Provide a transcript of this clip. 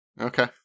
Okay